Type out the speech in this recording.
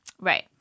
Right